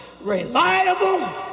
reliable